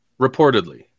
reportedly